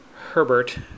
Herbert